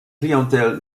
clientèle